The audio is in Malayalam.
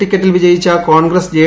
ടിക്കറ്റിൽ വിജയിച്ച കോൺഗ്രസ് ജെ